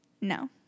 No